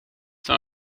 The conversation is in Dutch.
dan